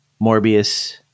morbius